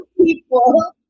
people